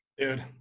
Dude